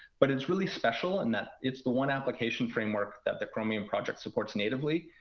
but it's really special in that it's the one application framework that the chromium project supports natively.